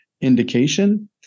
indication